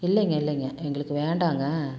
இல்லைங்க இல்லைங்க எங்களுக்கு வேண்டாங்க